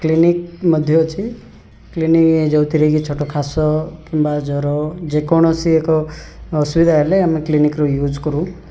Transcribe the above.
clinic ମଧ୍ୟ ଅଛି clinic ଯେଉଁଥରେ କି ଛୋଟ ଖାସ କିମ୍ବା ଜ୍ଵର ଯେ କୌଣସି ଏକ ଅସୁବିଧା ହେଲେ ଆମେ କ୍ଲିନିକ୍ର ୟୁଜ୍ କରୁ